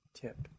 tip